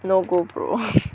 no go bro